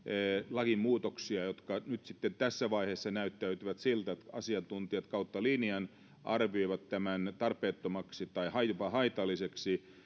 lakimuutoksia jotka nyt sitten tässä vaiheessa näyttäytyvät siltä että asiantuntijat kautta linjan arvioivat ne tarpeettomiksi tai tai jopa haitallisiksi